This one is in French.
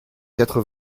quatre